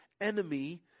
enemy